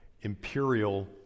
imperial